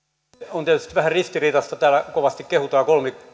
on tietysti vähän ristiriitaista kun täällä kovasti kehutaan kolmikantaista